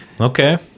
Okay